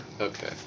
Okay